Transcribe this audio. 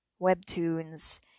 webtoons